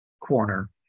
corner